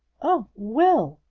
oh, will!